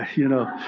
you know,